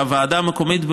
שהוועדה המקומית,